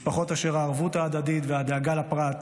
משפחות אשר הערבות ההדדית והדאגה לפרט,